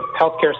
Healthcare